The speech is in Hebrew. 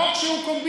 חוק שהוא קומבינה,